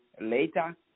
later